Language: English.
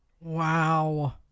Wow